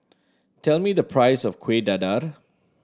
tell me the price of Kueh Dadar